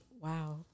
Wow